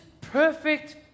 perfect